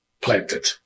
planted